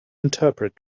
interpret